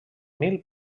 mil